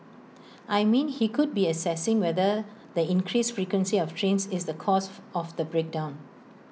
I mean he could be assessing whether the increased frequency of trains is the cause of the break down